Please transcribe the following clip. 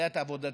יודע את עבודתו.